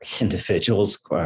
individuals